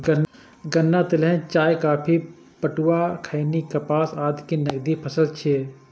गन्ना, तिलहन, चाय, कॉफी, पटुआ, खैनी, कपास आदि नकदी फसल छियै